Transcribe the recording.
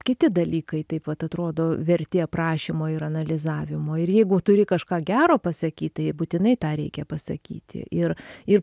kiti dalykai taip vat atrodo verti aprašymo ir analizavimo ir jeigu turi kažką gero pasakyt tai būtinai tą reikia pasakyti ir ir